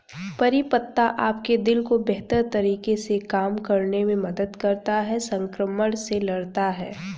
करी पत्ता आपके दिल को बेहतर तरीके से काम करने में मदद करता है, संक्रमण से लड़ता है